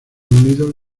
unidos